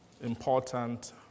important